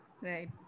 right